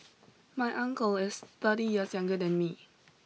my uncle is thirty years younger than me